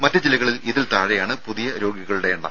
മറ്റ് ജില്ലയിൽ ഇതിൽ താഴെയാണ് പുതിയ രോഗികളുടെ എണ്ണം